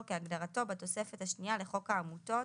כהגדרתו בתוספת השנייה לחוק העמותות,